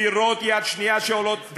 דירות יד שנייה שעולות,